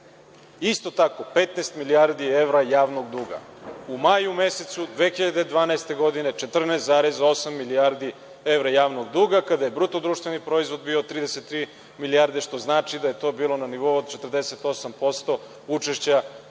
isto tako 15 milijardi evra javnog duga. U maju mesecu 2012. godine 14,8 milijardi evra javnog duga, kada je BDP bio 33 milijarde, što znači da je to bilo na nivou od 48% učešća